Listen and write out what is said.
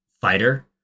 fighter